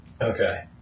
Okay